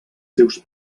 seus